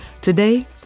Today